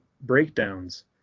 breakdowns